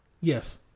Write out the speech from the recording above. Yes